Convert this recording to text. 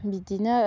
बिदिनो